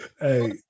Hey